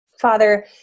Father